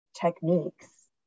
techniques